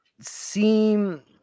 seem –